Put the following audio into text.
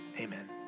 Amen